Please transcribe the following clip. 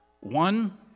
one